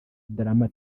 drama